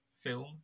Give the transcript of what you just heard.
film